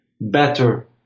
better